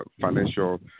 financial